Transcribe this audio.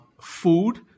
Food